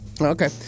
Okay